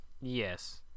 Yes